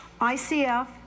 ICF